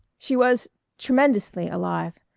she was tremendously alive.